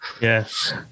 Yes